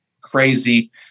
crazy